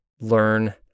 learn